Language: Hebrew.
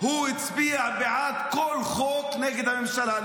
הוא הצביע בעד כל חוק נגד הממשלה.